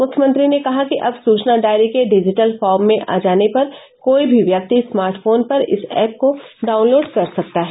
मुख्यमंत्री ने कहा कि अब सूचना डायरी के डिजिटल फार्म मे आ जाने पर कोई भी व्यक्ति स्मार्ट फोन पर इस एप को डाउनलोड कर सकता है